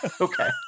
Okay